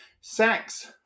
sex